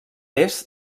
est